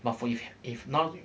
but fo~ if if now